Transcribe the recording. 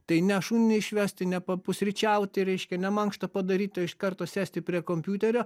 tai ne šunį išvesti ne papusryčiauti reiškia ne mankštą padaryti iš karto sėsti prie kompiuterio